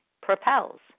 propels